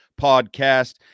podcast